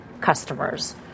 customers